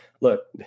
look